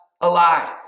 alive